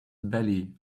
belly